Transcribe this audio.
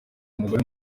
umugore